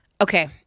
Okay